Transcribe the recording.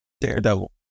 Daredevil